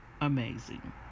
Amazing